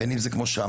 בין אם זה כמו שאמרת,